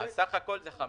סך הכול זה חמש.